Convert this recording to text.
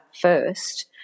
first